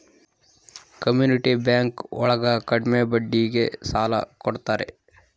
community bank ಒಳಗ ಕಡ್ಮೆ ಬಡ್ಡಿಗೆ ಸಾಲ ಕೊಡ್ತಾರೆ